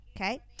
okay